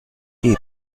geben